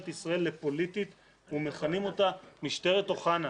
ישראל לפוליטית ומכנים אותה 'משטרת אוחנה',